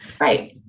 Right